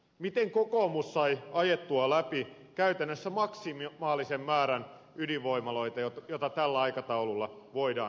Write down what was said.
miten kokoomus sai ajettua läpi käytännössä maksimaalisen määrän ydinvoimaloita joita tällä aikataululla voidaan rakentaa